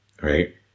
right